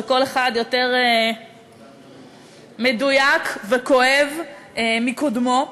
וכל אחד יותר מדויק וכואב מקודמו.